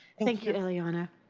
thank you eliana.